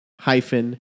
hyphen